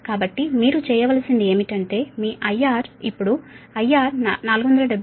కాబట్టి మీరు చేయవలసింది ఏమిటంటే మీ IR ఇప్పుడు IR 477